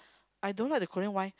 I don't like the Korean why